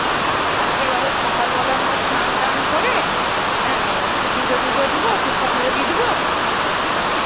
হ্যাঁ এক্কেবারে সকালবেলা আমরা স্নান টান করে হ্যাঁ একটু পুজো টুজো দেব পুষ্পাঞ্জলি দেব হ্যাঁ